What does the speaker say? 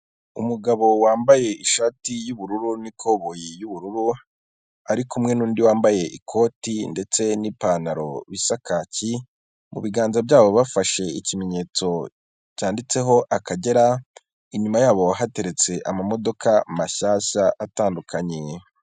Umugabo wambaye ishati y'ubururu, n'ikoboyi y'ubururu ari kumwe n'undi wambaye ikoti ndetse n'ipantaro bisa kacyi, mu biganza byabo bafashe ikimenyetso cyanditseho akagera inyuma yabo hateretse ama modoka mashyashya atandukanye.